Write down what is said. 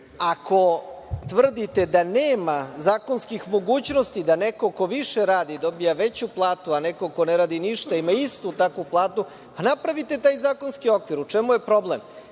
Ako tvrdite da nema zakonskih mogućnosti da neko ko više radi dobija veću platu, a neko ko ne radi ništa, ima istu takvu platu, pa napravite taj zakonski okvir. U čemu je problem?